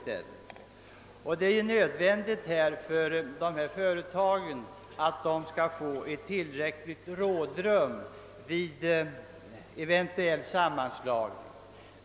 Det är emellertid nödvändigt att företagen ges tillräckligt rådrum vid eventuell sammanslagning.